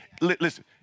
listen